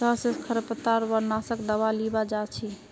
शहर स खरपतवार नाशक दावा लीबा जा छि